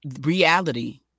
Reality